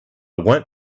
won’t